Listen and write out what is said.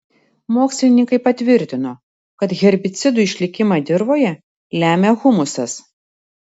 mokslininkai patvirtino kad herbicidų išlikimą dirvoje lemia humusas